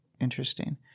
Interesting